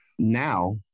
Now